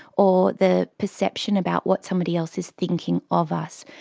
or the perception about what somebody else is thinking of us.